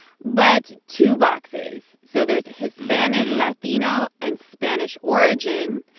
but two boxes. so there's hispanic, latino and spanish origin,